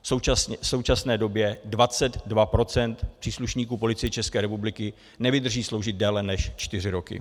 V současné době 22 % příslušníků Policie České republiky nevydrží sloužit déle než čtyři roky.